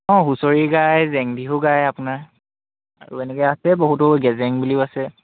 অঁ হুঁচৰি গায় জেং বিহু গায় আপোনাৰ আৰু এনেকে আছে বহুতো গেজেং বুলিও আছে